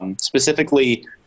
specifically